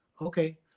Okay